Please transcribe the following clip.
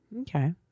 Okay